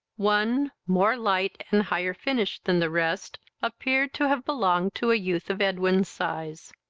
one, more light and higher finished than the rest, appeared to have belonged to a youth of edwin's size.